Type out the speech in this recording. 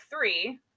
three